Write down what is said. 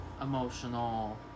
emotional